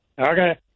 Okay